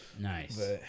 Nice